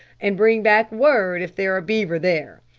and bring back word if there are beaver there,